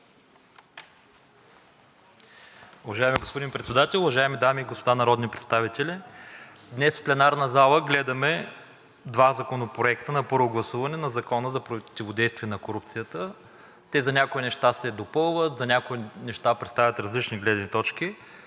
Уважаеми господин Председател, уважаеми дами и господа народни представители! Днес в пленарната зала гледаме на първо гласуване два законопроекта за противодействие на корупцията – те за някои неща се допълват, за някои неща представят различни гледни точки.